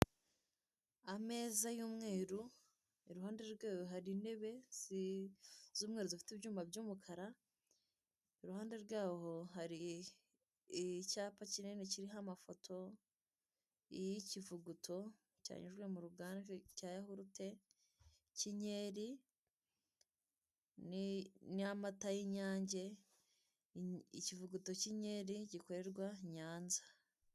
ameza y'umweru iruhande rwayo hari intebe z'umweru zifite ibyuma by'umukara iruhande rwaho hari icyapa kinini kiriho amafoto y'ikivuguto cyanyujijwe mu ruganda cya yahurute cy'inyeri n'amata y'inyange ikivuguto cy'inyeri gikorerwa nyanza.